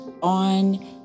on